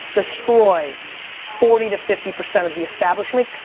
destroy forty to fifty percent of the establishment,